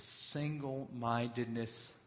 single-mindedness